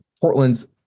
Portland's